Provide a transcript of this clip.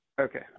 Okay